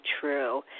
true